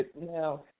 now